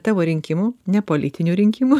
tavo rinkimų nepolitinių rinkimų